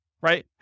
right